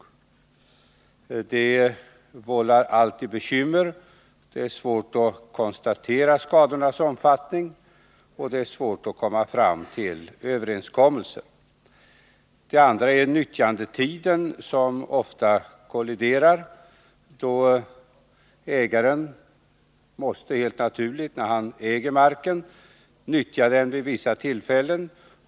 Ersättningsanspråken vållar alltid bekymmer, och det är svårt att fastställa skadornas omfattning och att komma fram till överenskommelser. Ett annat problem som ofta vållar bekymmer hänger samman med nyttjandetiden — ägaren måste helt naturligt nyttja marken vid vissa bestämda tillfällen.